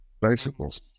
bicycles